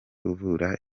uvura